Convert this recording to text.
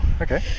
okay